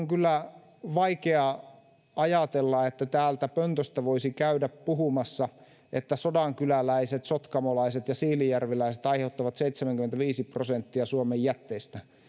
kyllä vaikea ajatella että täältä pöntöstä voisi käydä puhumassa että sodankyläläiset sotkamolaiset ja siilinjärveläiset aiheuttavat seitsemänkymmentäviisi prosenttia suomen jätteistä